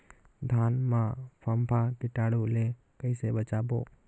धान मां फम्फा कीटाणु ले कइसे बचाबो?